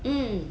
mm